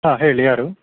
ಹಾಂ ಹೇಳಿ ಯಾರು